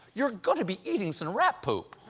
you're going to be eating some rat poop.